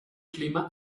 clima